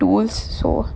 they do so